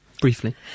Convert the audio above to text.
briefly